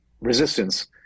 resistance